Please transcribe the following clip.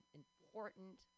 important